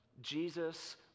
Jesus